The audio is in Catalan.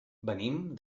venim